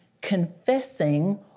confessing